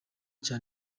cya